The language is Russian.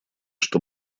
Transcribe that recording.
что